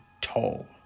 tall